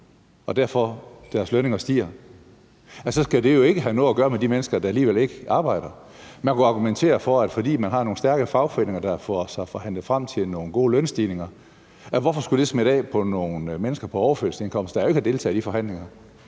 og deres lønninger derfor stiger, skal det ikke have noget gøre med de mennesker, der alligevel ikke arbejder. Man kunne argumentere for, at selv om man har nogle stærke fagforeninger, der får forhandlet sig frem til nogle gode lønstigninger, hvorfor skulle det så smitte af på nogle mennesker på overførselsindkomster, der jo ikke har deltaget i de forhandlinger?